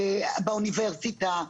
באוניברסיטה,